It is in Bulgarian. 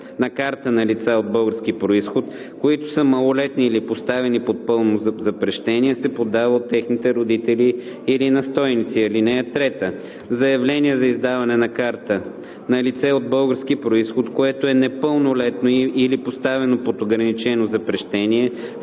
на карта на лица от български произход, които са малолетни или поставени под пълно запрещение, се подава от техните родители или настойници. (3) Заявление за издаване на карта на лице от български произход, което е непълнолетно или поставено под ограничено запрещение,